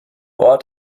ort